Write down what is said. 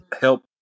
help